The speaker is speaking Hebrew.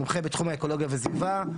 מומחה בתחום האקולוגיה וסביבה,